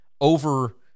over